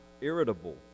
irritable